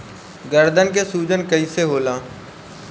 गर्दन के सूजन कईसे होला?